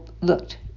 looked